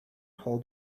hold